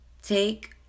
Take